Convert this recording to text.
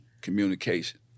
communication